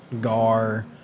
gar